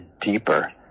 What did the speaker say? deeper